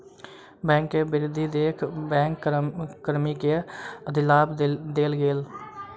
bank के वृद्धि देख बैंक कर्मी के अधिलाभ देल गेल